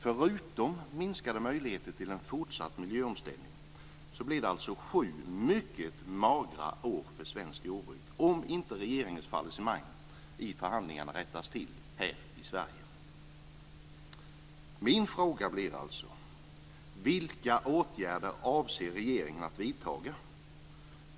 Förutom minskade möjligheter till en fortsatt miljöomställning blir det alltså sju mycket magra år för svenskt jordbruk om inte regeringens fallissemang i förhandlingarna rättas till här i Sverige. Min fråga blir alltså: Vilka åtgärder avser regeringen att vidta?